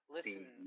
Listen